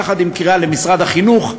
יחד עם קריאה לשר החינוך,